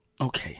Okay